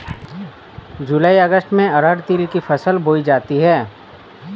जूलाई अगस्त में अरहर तिल की फसल बोई जाती हैं